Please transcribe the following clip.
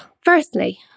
Firstly